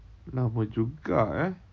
lama juga eh